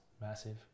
Massive